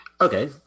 Okay